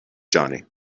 johnny